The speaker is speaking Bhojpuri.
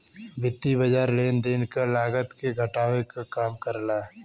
वित्तीय बाज़ार लेन देन क लागत के घटावे क काम करला